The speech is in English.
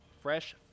fresh